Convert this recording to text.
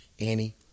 Annie